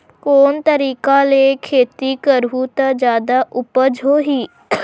कोन तरीका ले खेती करहु त जादा उपज होही?